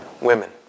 women